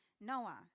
Noah